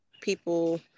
people